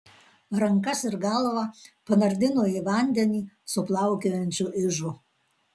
rankas ir galvą panardino į vandenį su plaukiojančiu ižu